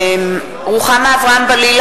(קוראת בשמות חברי הכנסת) רוחמה אברהם-בלילא,